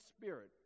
spirit